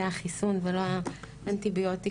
זה החיסון ולא האנטיביוטיקה.